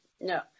no